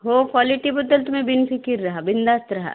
हो क्वालिटीबद्दल तुम्ही बिन फिकीर रहा बिनधास्त रहा